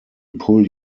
pull